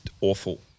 awful